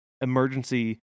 Emergency